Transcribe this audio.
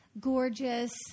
gorgeous